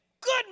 Good